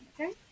Okay